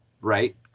right